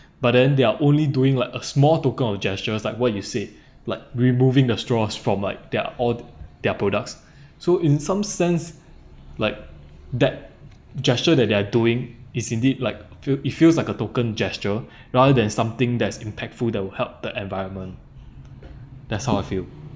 but then they're only doing like a small token of gestures like what you said like removing the straws from like their all their products so in some sense like that gesture that they're doing is indeed like feel it feels like a token gesture rather than something that's impactful that will help the environment that's how I feel